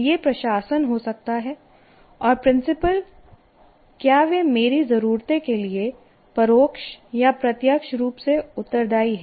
यह प्रशासन हो सकता है और प्रिंसिपल क्या वे मेरी जरूरतों के लिए परोक्ष या प्रत्यक्ष रूप से उत्तरदायी हैं